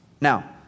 Now